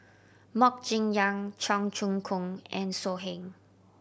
Mok Ying Jang Cheong Choong Kong and So Heng